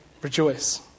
rejoice